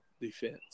defense